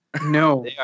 No